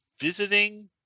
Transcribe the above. visiting